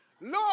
Lord